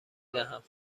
دهم